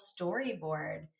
storyboard